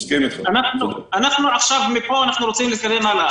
אנחנו עכשיו מפה רוצים להתקדם הלאה.